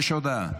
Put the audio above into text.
יש הודעה.